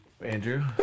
Andrew